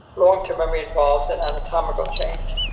longterm memory involves an anatomical change.